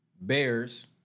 Bears